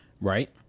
Right